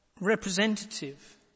representative